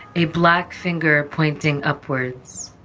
a black finger pointing upwards.